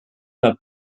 hat